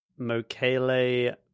Mokele